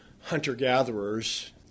hunter-gatherers